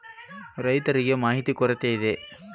ಸಾವಯವ ಕೃಷಿ ಜಾಸ್ತಿ ಪ್ರಾಮುಖ್ಯತೆ ಪಡೆದಿಲ್ಲ ಯಾಕೆ?